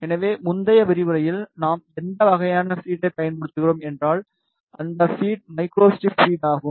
எனவே முந்தைய விரிவுரையில் நாம் எந்த வகையான ஃபீடை பயன்படுத்துகிறோம் என்றால் அந்த ஃபீட் மைக்ரோஸ்ட்ரிப் ஃபீட் ஆகும்